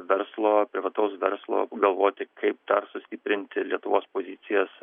verslo privataus verslo galvoti kaip dar sustiprinti lietuvos pozicijas